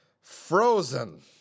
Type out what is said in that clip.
Frozen